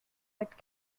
but